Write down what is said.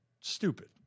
stupid